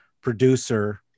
producer